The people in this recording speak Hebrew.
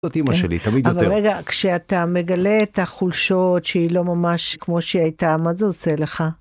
זאת אמא שלי, תמיד יותר. אבל רגע כשאתה מגלה את החולשות שהיא לא ממש כמו שהיא הייתה מה זה עושה לך.